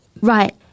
Right